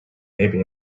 maybe